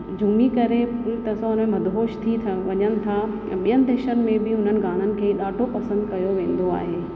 झुमी करे पूरी तरह सां मदहोश थी वञनि था ऐं ॿियनि देशनि में बि उन्हनि गाननि खे ॾाढो पसंदि कयो वेंदो आहे